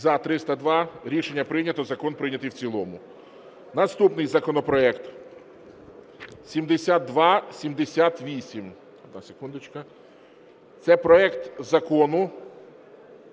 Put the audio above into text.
За-302 Рішення прийнято. Закон прийнятий в цілому. Наступний законопроект 7278, це проект Закону